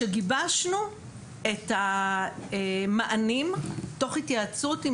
כשגיבשנו את המענים תוך התייעצות עם